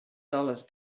dollars